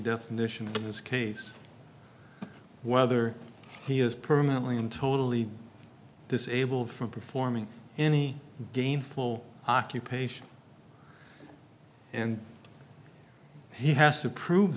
definition in this case whether he is permanently and totally disabled from performing any gainful occupation and he has to prove